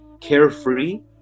carefree